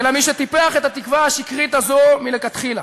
אלא מי שטיפח את התקווה השקרית הזו מלכתחילה.